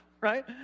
right